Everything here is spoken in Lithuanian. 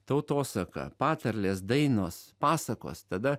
tautosaka patarlės dainos pasakos tada